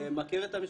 מכיר את המשפחה.